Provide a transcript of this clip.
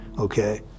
okay